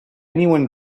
anyone